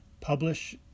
publish